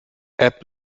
app